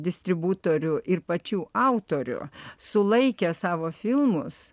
distributorių ir pačių autorių sulaikė savo filmus